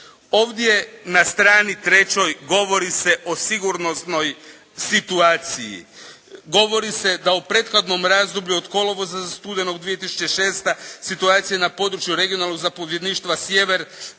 Ovdje na strani 3. govori se o sigurnosnoj situaciji, govori se da u prethodnom razdoblju od kolovoza do studenog 2006. situacija na području regionalnog zapovjedništva sjever